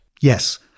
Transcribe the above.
Yes